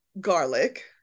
garlic